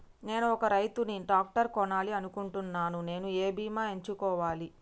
నేను ఒక రైతు ని నేను ట్రాక్టర్ కొనాలి అనుకుంటున్నాను నేను ఏ బీమా ఎంచుకోవాలి?